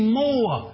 more